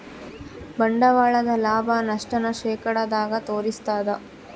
ಬಂಡವಾಳದ ಲಾಭ, ನಷ್ಟ ನ ಶೇಕಡದಾಗ ತೋರಿಸ್ತಾದ